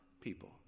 people